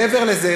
מעבר לזה,